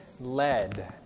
Lead